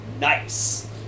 nice